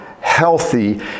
healthy